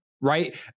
right